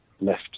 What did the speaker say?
left